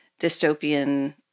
dystopian